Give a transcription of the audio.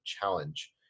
challenge